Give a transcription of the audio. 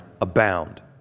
abound